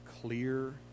clear